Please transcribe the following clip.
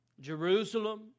Jerusalem